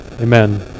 Amen